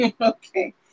Okay